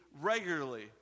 regularly